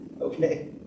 okay